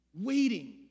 waiting